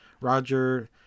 Roger